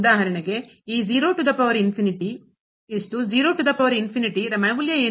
ಉದಾಹರಣೆಗೆ ಈ ರ ಮೌಲ್ಯ ಏನು